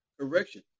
correction